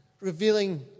revealing